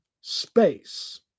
space